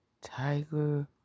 Tiger